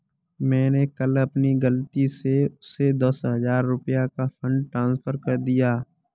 मैंने कल अपनी गलती से उसे दस हजार रुपया का फ़ंड ट्रांस्फर कर दिया